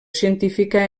científica